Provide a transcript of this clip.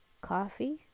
Coffee